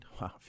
Wow